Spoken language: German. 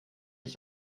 ich